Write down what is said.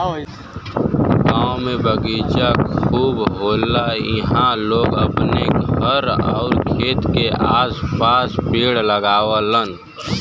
गांव में बगीचा खूब होला इहां लोग अपने घरे आउर खेत के आस पास पेड़ लगावलन